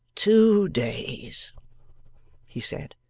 two days he said,